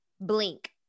Blink